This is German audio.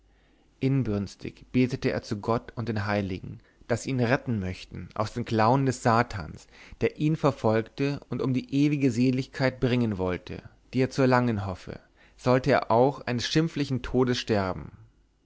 inbrünstig betete er zu gott und den heiligen daß sie ihn retten möchten aus den klauen des satans der ihn verfolge und um die ewige seligkeit bringen wolle die er zu erlangen hoffe sollte er auch eines schimpflichen todes sterben